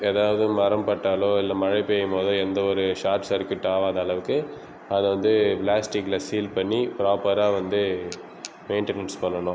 ஏதாவது மரம் பட்டாலோ இல்லை மழை பெயும் போதோ எந்த ஒரு ஷார்ட் சர்க்யூட் ஆகாத அளவுக்கு அதை வந்து பிளாஸ்டிக்கில் சீல் பண்ணி ப்ராப்பராக வந்து மெயின்டனன்ஸ் பண்ணணும்